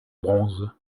bronze